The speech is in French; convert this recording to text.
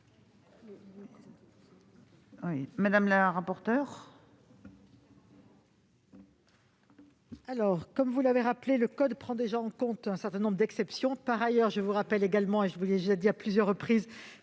Mme la rapporteure.